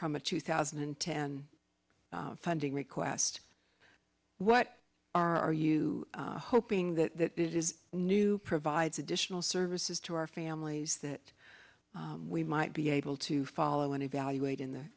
from a two thousand and ten funding request what are you hoping that this is new provides additional services to our families that we might be able to follow and evaluate in the